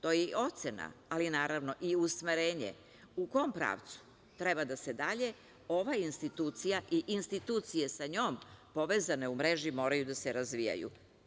To je i ocena, ali naravno i usmerenje u kom pravcu treba da se dalje ova institucija i institucije sa njom, povezane u mreži, moraju da se razvijaju.